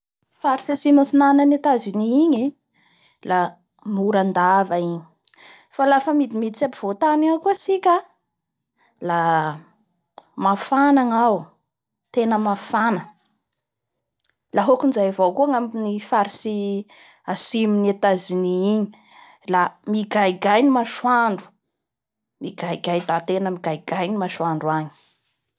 Faritsy atsimo atinana an'i Etats Unis igny e, la morandava igny fa lafa midimiditsy ampovoatany agny koa tsika lamafana gnao tena mafana. La hokan'izay avao koa ny amin'ny faritsy atsimon'ny Etazonia. La migaigay ny masoandro. Migaigay la tena migaigay ny masoandro agny.